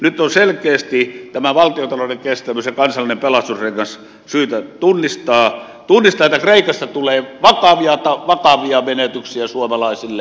nyt on selkeästi tämä valtiontalouden kestävyys ja kansallinen pelastusrengas syytä tunnistaa tunnistaa että kreikasta tulee vakavia menetyksiä suomalaisille